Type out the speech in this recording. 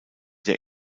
der